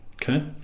Okay